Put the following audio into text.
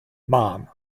mom